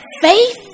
faith